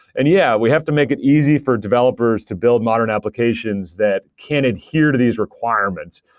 and yeah, we have to make it easy for developers to build modern applications that can adhere to these requirements.